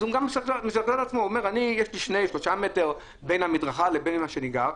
אז הוא גם מספר לעצמו: יש לי שלושה מטר בין המדרכה לבין איפה שאני גר,